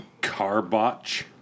Carbotch